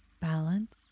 balance